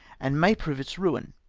and may prove its ruin.